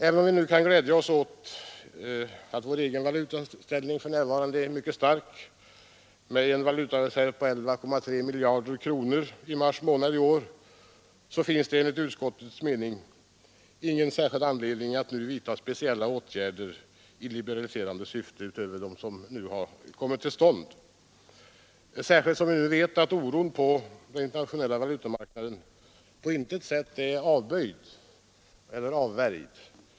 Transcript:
Även om vi kan glädjas åt att vår egen valutaställning nu är mycket stark med en valutareserv på 11,3 miljarder i mars månad i år, så finns det enligt utskottets mening ingen anledning att nu vidtaga speciella åtgärder i liberaliserande syfte utöver dem som redan har vidtagits, särskilt som vi vet att oron på den internationella valutamarknaden på intet sätt är avvärjd.